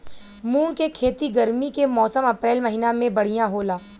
मुंग के खेती गर्मी के मौसम अप्रैल महीना में बढ़ियां होला?